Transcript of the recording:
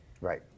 Right